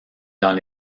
dans